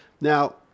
Now